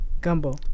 Gumbo